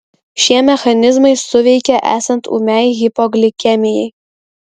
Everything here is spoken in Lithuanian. šie mechanizmai suveikia esant ūmiai hipoglikemijai